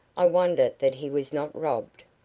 i wonder that he was not robbed.